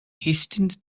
hastened